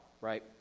right